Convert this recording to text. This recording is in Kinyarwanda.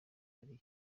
ari